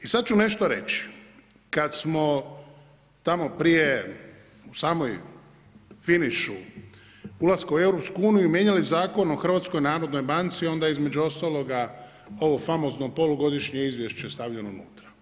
I sada ću nešto reći, kada smo tamo prije u samom finišu ulaska u EU mijenjali Zakon o HNB-u onda između ostaloga ovo famozno polugodišnje izvješće stavljeno unutra.